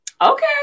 Okay